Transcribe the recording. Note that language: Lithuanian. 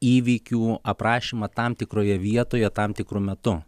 įvykių aprašymą tam tikroje vietoje tam tikru metu